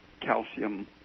calcium